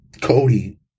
Cody